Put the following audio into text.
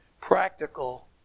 practical